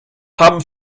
haben